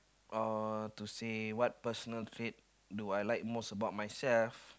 or to say what personal trait do I like most about myself